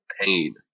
pain